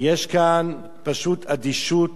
יש כאן פשוט אדישות